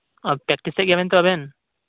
ᱚ ᱯᱮᱠᱴᱤᱥ ᱮᱜ ᱜᱮᱭᱟ ᱵᱮᱱ ᱛᱚ ᱟᱵᱮᱱ